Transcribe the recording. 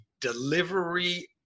delivery